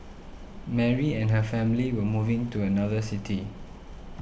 Mary and her family were moving to another city